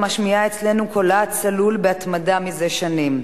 המשמיעה אצלנו את קולה הצלול בהתמדה זה שנים.